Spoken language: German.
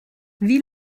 wie